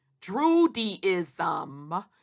Druidism